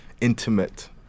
intimate